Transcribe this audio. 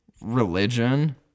religion